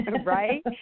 Right